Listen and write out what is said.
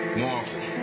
marvel